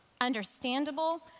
understandable